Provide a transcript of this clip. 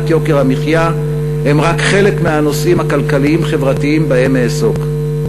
יוקר המחיה הם רק חלק מהנושאים הכלכליים-חברתיים שבהם אעסוק.